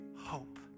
hope